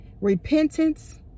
repentance